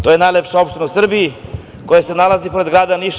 To je najlepša opština u Srbiji koja se nalazi pored grada Niša.